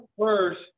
first